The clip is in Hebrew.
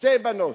שתי בנות,